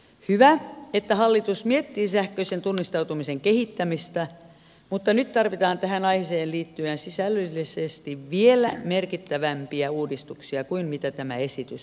hyvä että hallitus miettii sähköisen tunnistautumisen kehittämistä mutta nyt tarvitaan tähän aiheeseen liittyen sisällöllisesti vielä merkittävämpiä uudistuksia kuin tämä esitys tarjoaa